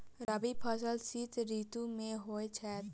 रबी फसल शीत ऋतु मे होए छैथ?